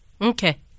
Okay